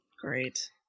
Great